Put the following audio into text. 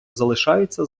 залишаються